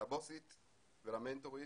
לבוסית ולמנטורית,